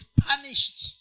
punished